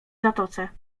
zatoce